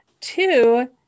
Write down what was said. two